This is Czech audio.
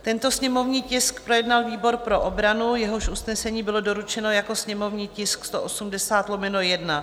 Tento sněmovní tisk projednal výbor pro obranu, jehož usnesení bylo doručeno jako sněmovní tisk 180/1.